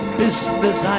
business